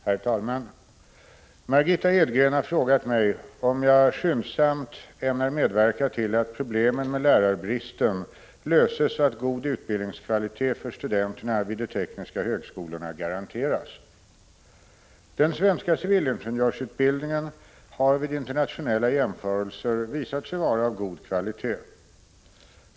Herr talman! Margitta Edgren har frågat mig om jag skyndsamt ämnar medverka till att problemen med lärarbristen löses, så att god utbildningskvalitet för studenterna vid de tekniska högskolorna garanteras. Den svenska civilingenjörsutbildningen har vid internationella jämförelser visat sig vara av god kvalitet.